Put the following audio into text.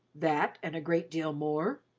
that and a great deal more?